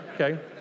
okay